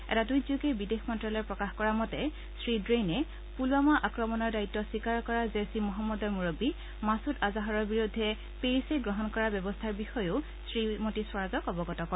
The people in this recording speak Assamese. এটা টুইটযোগে বিদেশ মন্তালয়ে প্ৰকাশ কৰা মতে শ্ৰীডেইনে পুলৱামা আক্ৰমণৰ দায়িত্ব স্বীকাৰ কৰা জইছ ই মহম্মদৰ মুৰববী মাছুদ আজাহাৰৰ বিৰুদ্ধে পেৰিছে গ্ৰহণ কৰা ব্যৱস্থাৰ বিষয়েও শ্ৰীমতী স্বৰাজক অৱগত কৰে